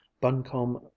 buncombe